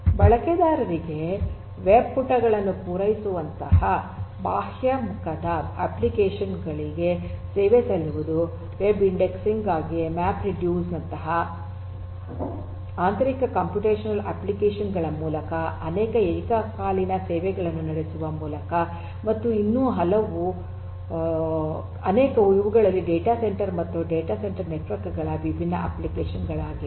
ಬಳಕೆದಾರರಿಗೆ ವೆಬ್ ಪುಟಗಳನ್ನು ಪೂರೈಸುವಂತಹ ಬಾಹ್ಯ ಮುಖದ ಅಪ್ಲಿಕೇಶನ್ ಗಳಿಗೆ ಸೇವೆ ಸಲ್ಲಿಸುವುದು ವೆಬ್ ಇಂಡೆಕ್ಸಿಂಗ್ ಗಾಗಿ ಮ್ಯಾಪ್ ರೆಡ್ಯೂಸ್ ನಂತಹ ಆಂತರಿಕ ಕಂಪ್ಯೂಟೇಶನಲ್ ಅಪ್ಲಿಕೇಶನ್ ಗಳ ಮೂಲಕ ಅನೇಕ ಏಕಕಾಲೀನ ಸೇವೆಗಳನ್ನು ನಡೆಸುವ ಮೂಲಕ ಮತ್ತು ಇನ್ನೂ ಅನೇಕವು ಇವುಗಳಲ್ಲಿ ಡೇಟಾ ಸೆಂಟರ್ ಮತ್ತು ಡೇಟಾ ಸೆಂಟರ್ ನೆಟ್ವರ್ಕ್ ಗಳ ವಿಭಿನ್ನ ಅಪ್ಲಿಕೇಶನ್ ಗಳಾಗಿವೆ